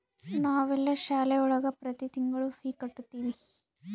ನಾವೆಲ್ಲ ಶಾಲೆ ಒಳಗ ಪ್ರತಿ ತಿಂಗಳು ಫೀ ಕಟ್ಟುತಿವಿ